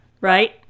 Right